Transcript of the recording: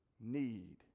need